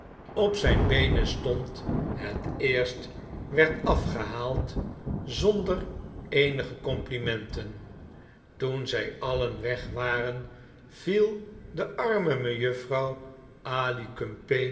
op zijn beenen stond het eerst werd afgehaald zonder eenige complimenten toen zy alien weg waren viel de arme mejuffrouw